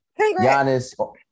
Giannis